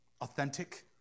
Authentic